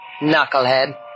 knucklehead